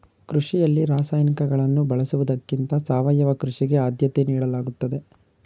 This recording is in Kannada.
ಕೃಷಿಯಲ್ಲಿ ರಾಸಾಯನಿಕಗಳನ್ನು ಬಳಸುವುದಕ್ಕಿಂತ ಸಾವಯವ ಕೃಷಿಗೆ ಆದ್ಯತೆ ನೀಡಲಾಗುತ್ತದೆ